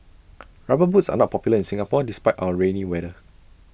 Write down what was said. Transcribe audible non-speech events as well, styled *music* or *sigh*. *noise* rubber boots are not popular in Singapore despite our rainy weather